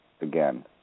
again